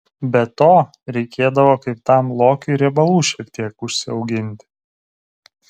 be to reikėdavo kaip tam lokiui riebalų šiek tiek užsiauginti